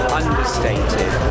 understated